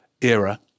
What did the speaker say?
era